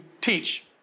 teach